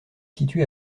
situé